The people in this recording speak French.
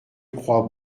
croix